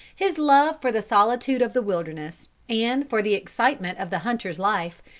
his love for the solitude of the wilderness, and for the excitement of the hunter's life,